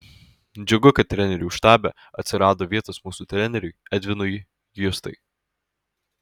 džiugu kad trenerių štabe atsirado vietos mūsų treneriui edvinui justai